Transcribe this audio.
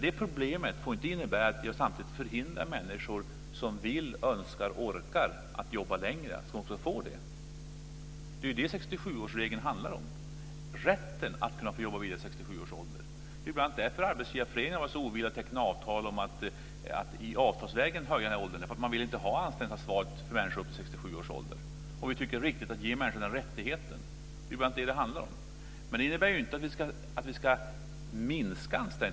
Det problemet får dock inte innebära att vi samtidigt förhindrar människor som vill - önskar - och orkar jobba längre. Det ska de också få göra. Vad 67 årsregeln handlar om är just rätten att kunna få jobba vidare till 67 års ålder. Det är bl.a. därför som Arbetsgivareföreningen har varit så ovillig till att avtalsvägen höja åldersgränsen. Man vill inte ha anställningsansvaret för människor upp till 67 års ålder. Vi tycker att det är riktigt att ge människor den rättigheten. Det är bl.a. detta som det handlar om men det innebär inte att vi ska minska här.